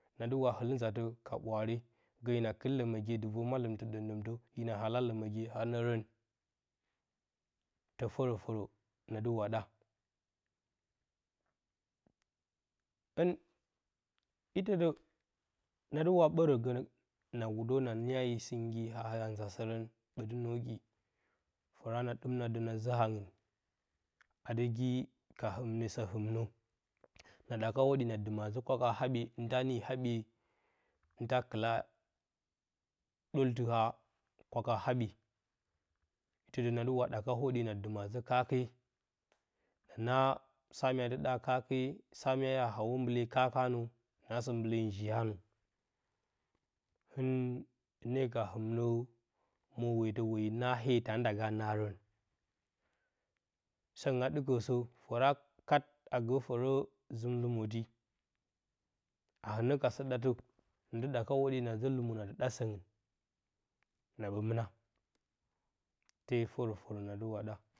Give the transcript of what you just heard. Na dɨ wa ɨl nzatə ka ɓwaare gə hina kɨl ləməgye dɨ vor malɨmtɨ ɗəmɗəmtə, hina ala ləməgye a nəngrən. Tə fərə fərə na dɨ wa ɗa. hɨn itə də na dɨ wa ɓərə gə na wudə na niya yə sɨngia haa nzasərən ɓətɨ nuwogi, kat fəra na ɗɨmna də na zə hangɨn a dɨ gi ka hɨmne, sə hɨmnə na ɗaka hwoɗye na dɨmə a zə kwaka haɓye, hɨn ta ni haɓye hɨn ta kɨla ɗoltɨ haa a kwaka haɓye. itə də na dɨ wa hwoɗye a dɨmə a zə kaake a naa sa mya dɨ ɗa a kaake, sa mya. a hawə mbali kaaka nə, naasə mbali njiya nə. Hɨn hɨne ka hɨmnə mwo wetə weyi naa hee tanda ga naarən. Səngɨn a ɗɨkə sə, fəra kat a gə fərə zɨm lumoti, a hɨnə ka sə ɗatə, na dɨ ɗaka hwoɗye na zə lumo na dɨ ɗa səngɨn na ɓə mɨnɨ. Te fərə fərə na dɨ wa ɗa.